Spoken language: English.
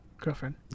Girlfriend